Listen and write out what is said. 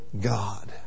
God